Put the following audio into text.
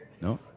No